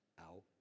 out